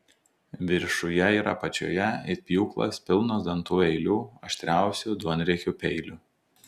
viršuje ir apačioje it pjūklas pilnos dantų eilių aštriausių duonriekių peilių